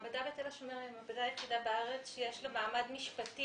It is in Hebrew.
המעבדה בתל השומר היא המעבדה היחידה בארץ שיש לה מעמד משפטי.